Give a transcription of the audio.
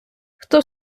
хто